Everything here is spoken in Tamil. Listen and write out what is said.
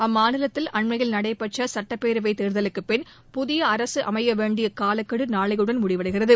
அம்மாநிலத்தில் அண்மையில் நடைபெற்ற சட்டப்பேரவைத் தேர்தலுக்குப்பின் புதிய அரசு அமைய வேண்டிய காலக்கெடு நாளையுடன் முடிவடைகிறது